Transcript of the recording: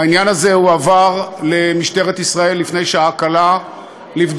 העניין הזה הועבר למשטרת ישראל לפני שעה קלה לבדיקה.